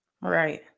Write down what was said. Right